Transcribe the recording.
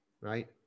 right